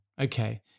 Okay